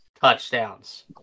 touchdowns